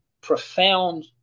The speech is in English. profound